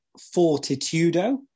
Fortitudo